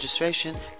registration